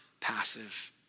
passive